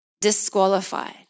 disqualified